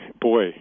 Boy